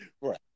Right